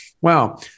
wow